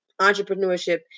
entrepreneurship